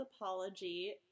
apology